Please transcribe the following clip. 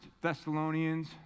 Thessalonians